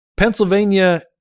Pennsylvania